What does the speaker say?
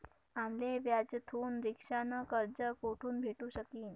आम्ले व्याजथून रिक्षा न कर्ज कोठून भेटू शकीन